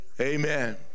amen